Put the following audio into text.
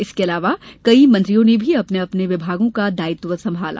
इसके अलावा कई मंत्रियों ने भी अपने अपने विभागों का दायित्व संभाला